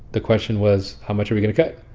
the question was, how much are we going to cut?